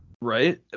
Right